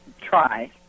try